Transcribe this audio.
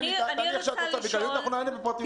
תעני מה שאת רוצה בכלליות, אנחנו נענה בפרטים.